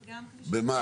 במה?